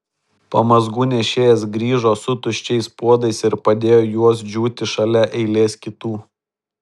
pamazgų nešėjas grįžo su tuščiais puodais ir padėjo juos džiūti šalia eilės kitų